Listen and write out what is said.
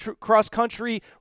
cross-country